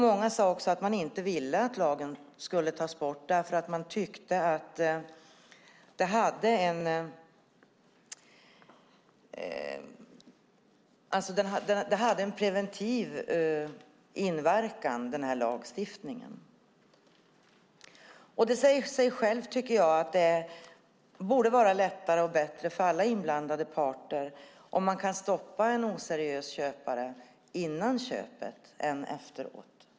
Många sade också att man inte ville att lagen skulle tas bort eftersom man tyckte att den hade en preventiv inverkan. Jag tycker att det säger sig självt att det borde vara lättare och bättre för alla inblandade parter om man kan stoppa en oseriös köpare före köpet, inte efter.